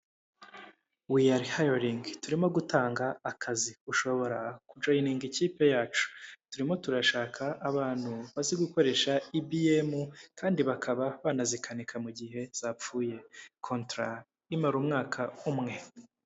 Wiyare hayaringi, turimo gutanga akazi ushobora kujoyininga ikipe yacu, turimo turashaka abantu bazi gukoresha EBM kandi bakaba banazikanika mu gihe zapfuye, kontara imara umwaka umwe.